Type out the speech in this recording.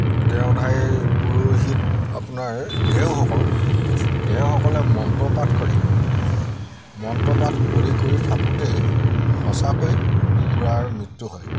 দেওধাই পুৰোহিত আপোনাৰ দেওসকল দেওসকলে মন্ত্ৰ পাঠ কৰে মন্ত্ৰ পাঠ কৰি কৰি থাকোঁতেই সঁচাকৈ কুকুৰাৰ মৃত্যু হয়